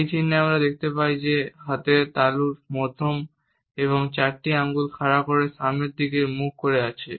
এই চিহ্নে আমরা দেখতে পাই যে হাতের তালু মধ্যম এবং চারটি আঙুল খাড়া হয়ে সামনের দিকে মুখ করে আছে